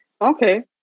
Okay